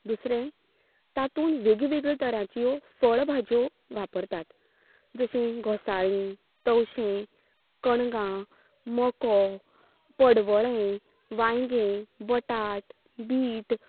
दुसरें तातूंत वेगवेगळ्यो तरांच्यो फळभाज्यो वापरतात जशीं घोसाळीं तवशीं कणगां मको पडवळें वायंगी बटाट बीट